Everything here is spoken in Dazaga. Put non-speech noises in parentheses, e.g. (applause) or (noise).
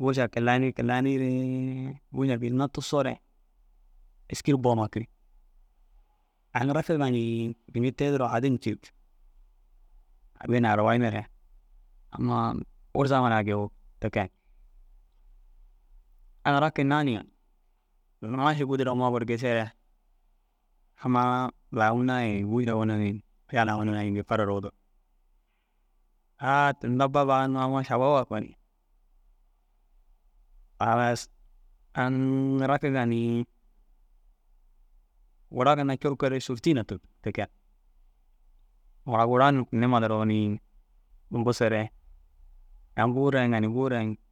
Moša kilani kilaniire moša ginna tusoo re êski ru bu huma kirig. Aŋ rakiŋa ni yimi te duro hadin cîrigi. Hadin arawayinere amma ôroza hunaã gii wugi te ke. Aŋ rakin na ni maši gûdura huma gor gisire amma laa hunaa ye moša huma ye yala huma ye gii fara ru wudig. A tinda bab amma šababa (hesitation) halas aŋ rakiŋa ni gôra curku sorti na tûrtugi te ke. Mara gura niima duro busere busere aŋ buu rayiŋa na buu rayiŋ.